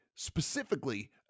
specifically